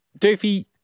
Doofy